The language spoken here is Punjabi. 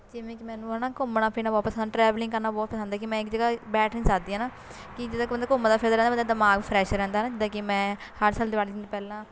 ਜਿਵੇਂ ਕਿ ਮੈਨੂੰ ਹੈ ਨਾ ਘੁੰਮਣਾ ਫਿਰਨਾ ਬਹੁਤ ਪਸੰਦ ਟਰੈਵਲਿੰਗ ਕਰਨਾ ਬਹੁਤ ਪਸੰਦ ਹੈ ਕਿ ਮੈਂ ਇੱਕ ਜਗ੍ਹਾ ਬੈਠ ਨਹੀਂ ਸਕਦੀ ਹੈ ਨਾ ਕਿ ਜਿੱਦਾਂ ਇੱਕ ਬੰਦਾ ਘੁੰਮਦਾ ਫਿਰਦਾ ਰਹਿੰਦਾ ਬੰਦੇ ਦਾ ਦਿਮਾਗ ਫਰੈਸ਼ ਰਹਿੰਦਾ ਹੈ ਨਾ ਜਿੱਦਾਂ ਕਿ ਮੈਂ ਹਰ ਸਾਲ ਦੀਵਾਲੀ ਦਿਨ ਪਹਿਲਾਂ